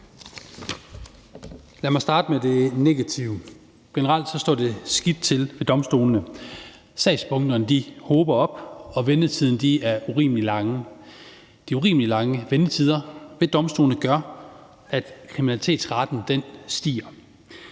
Lad mig starte med det negative. Generelt står det skidt til ved domstolene. Sagsbunkerne hober sig op, og ventetiderne er urimelig lange. De urimelig lange ventetider ved domstolene gør, at kriminalitetsraten stiger.